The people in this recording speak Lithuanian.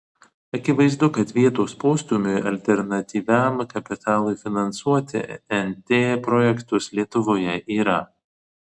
akivaizdu kad vietos postūmiui alternatyviam kapitalui finansuoti nt projektus lietuvoje yra